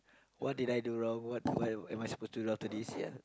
what did I do wrong what what am I supposed to do after this ya